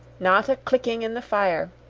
not a clicking in the fire,